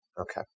Okay